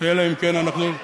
אלא אם כן אנחנו --- לא,